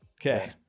Okay